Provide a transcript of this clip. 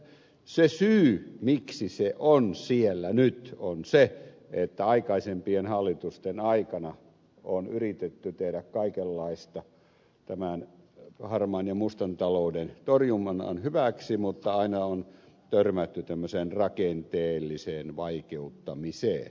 se syy miksi se on siellä nyt on se että aikaisempien hallitusten aikana on yritetty tehdä kaikenlaista tämän harmaan ja mustan talouden torjunnan hyväksi mutta aina on törmätty tämmöiseen rakenteelliseen vaikeuttamiseen